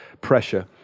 pressure